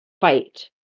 fight